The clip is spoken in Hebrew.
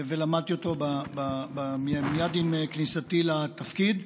ולמדתי אותו מייד עם כניסתי לתפקיד.